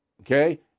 Okay